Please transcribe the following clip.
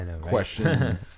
question